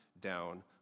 down